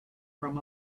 from